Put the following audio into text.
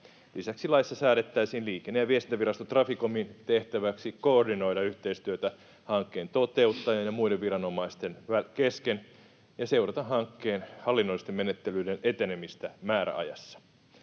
Lisäksi laissa säädettäisiin Liikenne- ja viestintävirasto Traficomin tehtäväksi koordinoida yhteistyötä hankkeen toteuttajien ja muiden viranomaisten kesken ja seurata hankkeen hallinnollisten menettelyiden etenemistä määräajassa.